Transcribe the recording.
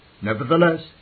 Nevertheless